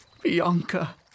Bianca